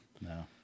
No